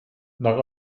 nach